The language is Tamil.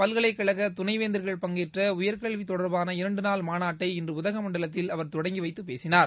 பல்கலைக்கழக துணைவேந்தர்கள் பங்கேற்ற உயர்கல்வி தொடர்பான இரண்டு நாள் மாநாட்டை இன்று உதகமண்டலத்தில் தொடங்கி வைத்து அவர் பேசினார்